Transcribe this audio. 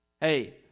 Hey